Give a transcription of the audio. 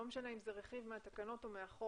לא משנה אם זה רכיב מהתקנות או מהחוק,